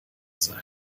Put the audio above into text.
sein